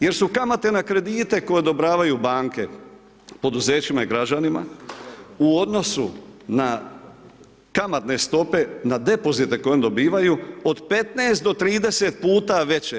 Jer su kamate na kredite koje odobravaju banke poduzećima i građanima u odnosu na kamatne stope na depozite koje oni dobivaju od 15 do 30 puta veće.